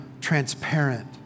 transparent